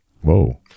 Whoa